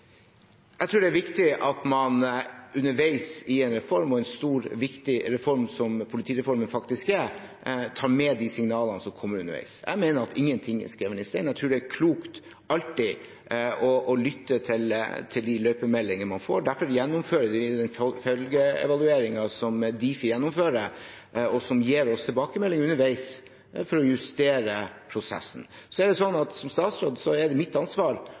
Jeg tror det er viktig at man underveis i en reform – og i en stor og viktig reform som politireformen er – tar med seg de signalene som kommer. Jeg mener at ingenting er skrevet i stein. Jeg tror det er klokt alltid å lytte til de løypemeldinger man får. Derfor gjennomfører vi følgeevalueringen, som Difi gjennomfører, og som gir oss tilbakemelding underveis, for å justere prosessen. Som statsråd er det mitt ansvar å sørge for å gjennomføre reformen, på oppdrag fra Stortinget – det